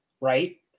right